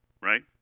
right